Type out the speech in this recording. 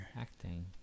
Acting